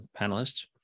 panelists